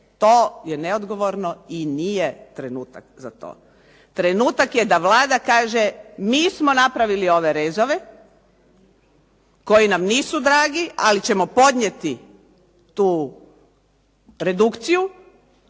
To je neodgovorno i nije trenutak za to. Trenutak je da Vlada kaže, mi smo napravili ove rezove, koji nam nisu dragi, ali ćemo podnijeti tu redukciju,